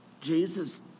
Jesus